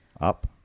Up